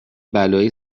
بلایی